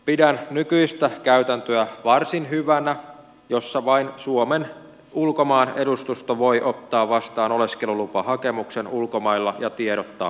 pidän varsin hyvänä nykyistä käytäntöä jossa vain suomen ulkomaanedustusto voi ottaa vastaan oleskelulupahakemuksen ulkomailla ja tiedottaa päätöksestä